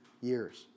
years